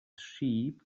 sheep